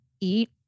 eat